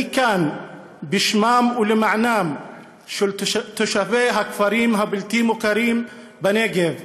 אני כאן בשמם ולמענם של תושבי הכפרים הבלתי-מוכרים בנגב.